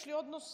יש לי עוד נושא,